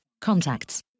Contacts